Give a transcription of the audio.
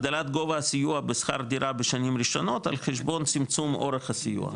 הגדלת גובה הסיוע בשכר דירה בשנים ראשונות על חשבון צמצום אורך הסיוע,